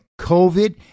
COVID